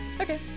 Okay